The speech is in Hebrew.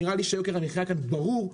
נראה לי שיוקר המחיה כאן ברור.